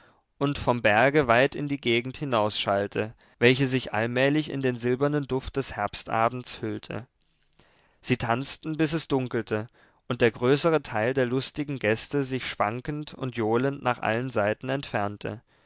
und vom berge weit in die gegend hinausschallte welche sich allmählich in den silbernen duft des herbstabends hüllte sie tanzten bis es dunkelte und der größere teil der lustigen gäste sich schwankend und johlend nach allen seiten entfernte